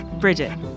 Bridget